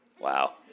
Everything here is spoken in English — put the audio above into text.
wow